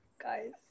guys